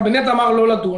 הקבינט אמר לא לדון,